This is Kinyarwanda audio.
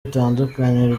bitandukanye